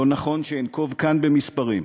לא נכון שאנקוב כאן במספרים,